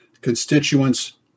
Constituents